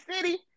city